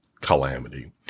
calamity